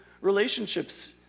relationships